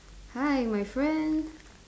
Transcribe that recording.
hi my friend